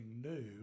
new